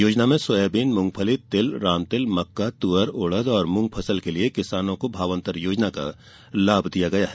योजना में सोयाबीन मूंगफली तिल रामतिल मक्का तुअर उड़द और मूंग फसल के लिये किसानों को भावांतर योजना का लाभ दिया गया है